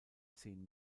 zehn